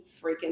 freaking